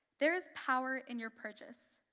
there is power in your purchase.